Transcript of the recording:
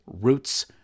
roots